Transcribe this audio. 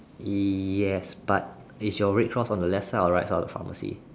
yes but is your red cross on the left side or right side of the pharmacy